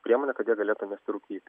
priemonė kad jie galėtų mesti rūkyti